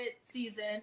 season